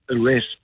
arrest